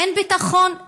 אין ביטחון,